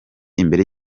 imbere